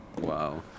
Wow